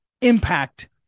impact